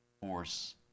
force